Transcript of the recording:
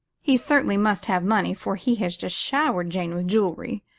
he certainly must have money, for he has just showered jane with jewelry.